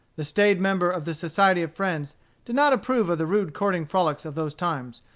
the staid member of the society of friends did not approve of the rude courting frolics of those times,